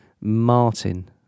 Martin